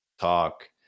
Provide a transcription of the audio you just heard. Talk